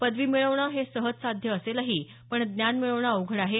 पदवी मिळवणं हे सहजसाध्य असेलही पण ज्ञान मिळवणं अवघड आहे